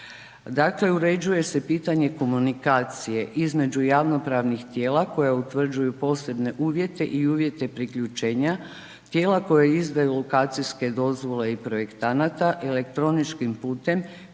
Dakle, uređuje se pitanje komunikacije između javnopravnih tijela koja utvrđuju posebne uvjete i uvjete priključenja tijela koje izdaju lokacijske dozvole i projektanata i elektroničkim putem